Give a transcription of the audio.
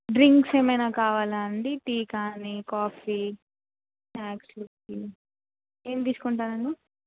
drinks ఏమైనా కావాలా అండి టీ కానీ కాఫీ స్నాక్స్ ఏం తీసుకుంటారండి